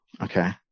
okay